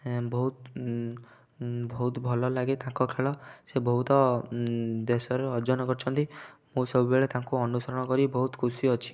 ବହୁତ ବହୁତ ଭଲଲାଗେ ତାଙ୍କ ଖେଳ ସେ ବହୁତ ଦେଶର ଅର୍ଜନ କରିଛନ୍ତି ମୁଁ ସବୁବେଳେ ତାଙ୍କୁ ଅନୁସରଣ କରି ବହୁତ ଖୁସି ଅଛି